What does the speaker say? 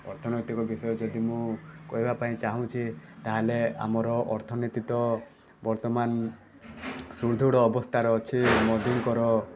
ଅର୍ଥନୈତିକ ବିଷୟରେ ଯଦି ମୁଁ କହିବାପାଇଁ ଚାହୁଁଛି ତା'ହେଲେ ଆମର ଅର୍ଥନୀତିକ ବର୍ତ୍ତମାନ ସୁଦୃଢ଼ ଅବସ୍ଥାରେ ଅଛି ମୋଦିଙ୍କର